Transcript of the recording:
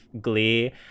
Glee